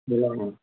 मिलामः